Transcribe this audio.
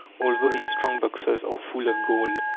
although his strong-boxes are full of gold.